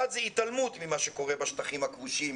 1. התעלמות ממה שקורה בשטחים הכבושים,